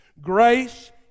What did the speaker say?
Grace